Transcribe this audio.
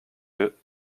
yeux